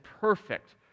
perfect